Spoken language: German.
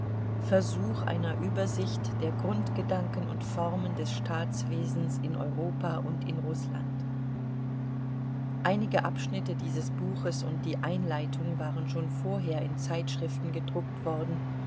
versuch einer übersicht der grundgedanken und formen des staatswesens in europa und in rußland einige abschnitte dieses buches und die einleitung waren schon vorher in zeitschriften gedruckt worden